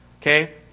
Okay